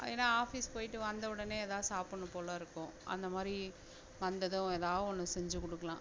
அது ஏன்னா ஆஃபிஸ் போய்ட்டு வந்த உடனே ஏதாவது சாப்பிட்ணும் போல இருக்கும் அந்த மாதிரி வந்ததும் ஏதாவது ஒன்று செஞ்சுக் கொடுக்கலாம்